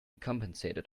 compensated